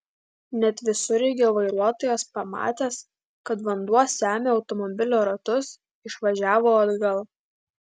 net visureigio vairuotojas pamatęs kad vanduo semia automobilio ratus išvažiavo atgal